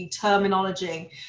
terminology